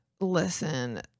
listen